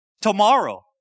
tomorrow